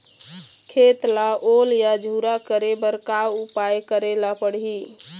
खेत ला ओल या झुरा करे बर का उपाय करेला पड़ही?